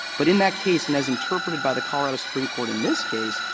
but in that case, and as interpreted by the colorado supreme court in this case,